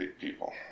people